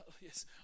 Yes